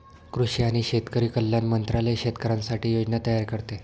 कृषी आणि शेतकरी कल्याण मंत्रालय शेतकऱ्यांसाठी योजना तयार करते